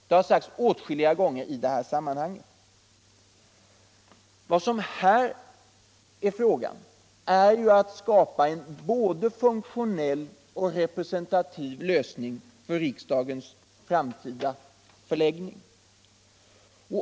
Det har sagts åtskilliga gånger i sammanhanget att vad det gäller är att skapa en både funktionell och representativ lösning för riksdagens framtida förläggning.